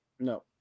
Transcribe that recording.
No